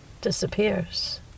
Disappears